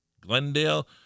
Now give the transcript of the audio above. Glendale